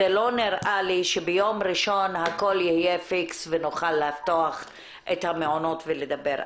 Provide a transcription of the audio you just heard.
זה לא נראה שביום ראשון הכול יהיה פיקס ונוכל לפתוח את המעונות ולדבר.